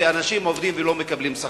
שאנשים עובדים ולא מקבלים שכר.